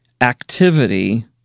activity